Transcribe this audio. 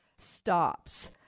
stops